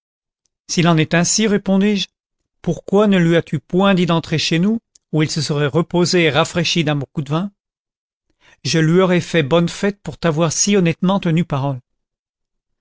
s'il en est ainsi répondis-je pourquoi ne lui as-tu point dit d'entrer chez nous où il se serait reposé et rafraîchi d'un bon coup de vin je lui aurais fait bonne fête pour t'avoir si honnêtement tenu parole